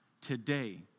today